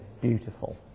beautiful